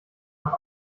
nach